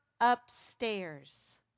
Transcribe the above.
upstairs